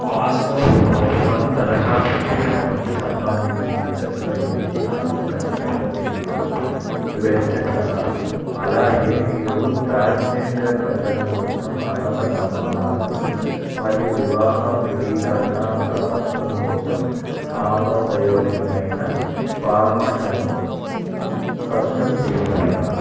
passport కోసం దరఖాస్తు చేయడానికి సంబంధించిన దశల గురించి నాకు ఖచ్చితంగా తెలియదు వివరించగలరా అలాగే మీరు ట్రాన్స్జెండర్ ప్రజలు కోసం అర్హత ప్రమాణాలను మరియు వివాహ ధృవీకరణ పత్రం కోసం ఆమోదయోగ్యమైన ఫార్మాట్లను స్పష్టం చేయగలరా